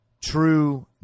true